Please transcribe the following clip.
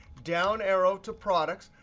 down arrow to products.